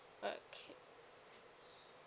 okay